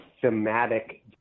thematic